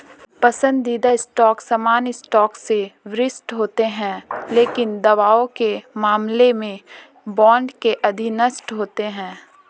पसंदीदा स्टॉक सामान्य स्टॉक से वरिष्ठ होते हैं लेकिन दावों के मामले में बॉन्ड के अधीनस्थ होते हैं